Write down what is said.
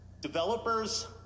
Developers